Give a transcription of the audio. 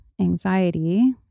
anxiety